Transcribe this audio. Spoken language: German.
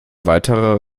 weiterer